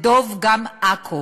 דב, גם עכו,